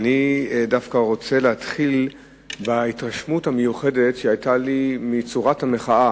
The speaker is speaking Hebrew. אני דווקא רוצה להתחיל בהתרשמות המיוחדת שהיתה לי מצורת המחאה